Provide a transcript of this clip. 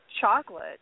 chocolate